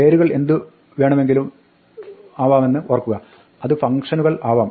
പേരുകൾ എന്ത് വേണമെങ്കിലുമാവാമെന്ന് ഓർക്കുക അത് ഫംഗ്ഷനുകൾ ആവാം